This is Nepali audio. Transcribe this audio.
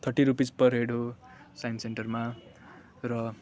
थर्टी रुपिस पर हेड हो साइन्स सेन्टरमा र